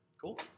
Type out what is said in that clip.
Cool